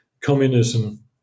communism